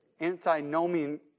Antinomian